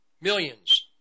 millions